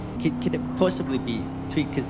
could could it possibly be tweaked?